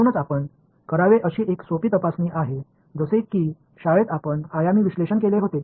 म्हणूनच आपण करावे अशी एक सोपी तपासणी आहे जसे की शाळेत आपण आयामी विश्लेषण केले होते